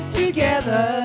together